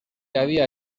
havia